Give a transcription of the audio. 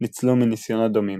ניצלו מניסיונות דומים.